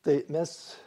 tai mes